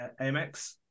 Amex